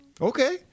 Okay